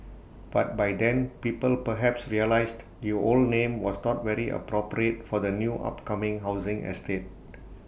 but by then people perhaps realised the old name was not very appropriate for the new upcoming housing estate